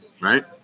right